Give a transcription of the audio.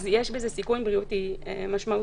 יש בזה סיכון בריאותי משמעותי.